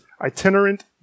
itinerant